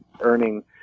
earning